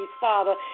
Father